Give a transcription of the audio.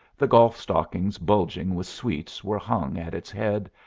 the golf stockings bulging with sweets were hung at its head,